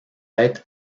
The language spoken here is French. être